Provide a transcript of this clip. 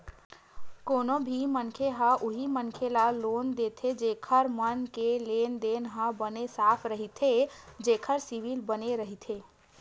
कोनो भी मनखे ह उही मनखे ल लोन देथे जेखर मन के लेन देन ह बने साफ रहिथे जेखर सिविल बने रहिथे